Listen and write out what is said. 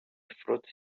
fruits